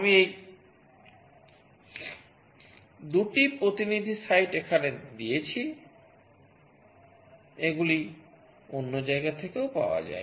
আমি এই 2 টি প্রতিনিধি সাইট এখানে দিয়েছি এগুলি অন্য জায়গা থেকেও পাওয়া যায়